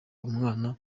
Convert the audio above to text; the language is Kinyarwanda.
umwana